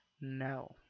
no